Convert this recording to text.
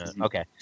Okay